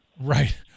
Right